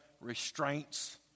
restraints